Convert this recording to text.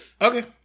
okay